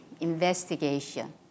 investigation